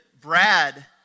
Brad